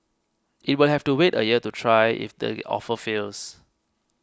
it will have to wait a year to try if the offer fails